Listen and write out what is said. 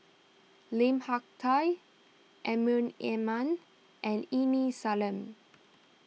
Lim Hak Tai Amrin Amin and Aini Salim